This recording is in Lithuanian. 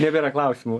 nebėra klausimų